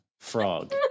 frog